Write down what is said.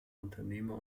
unternehmer